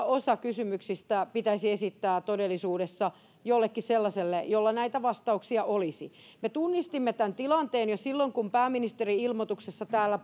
osa kysymyksistä pitäisi esittää todellisuudessa jollekin sellaiselle jolla näitä vastauksia olisi me tunnistimme tämän tilanteen jo silloin kun pääministerin ilmoituksessa täällä